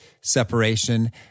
separation